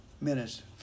minutes